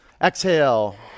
Exhale